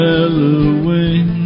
Halloween